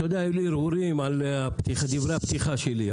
היו לי הרהורים על דברי הפתיחה שלי.